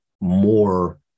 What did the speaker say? more